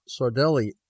Sardelli